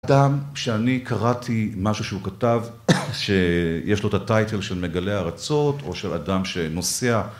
אדם שאני קראתי משהו שהוא כתב, שיש לו את הטייטל של מגלה ארצות או של אדם שנוסע